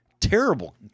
Terrible